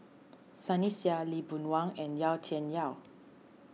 Sunny Sia Lee Boon Wang and Yau Tian Yau